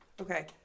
Okay